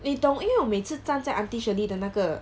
你懂因为我每次站在 auntie shirley 的那个